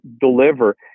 deliver